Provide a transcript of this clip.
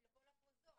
ולכל הפרוזדור.